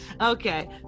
Okay